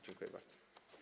Dziękuję bardzo.